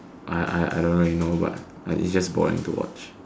I I I don't really know but it's just boring to watch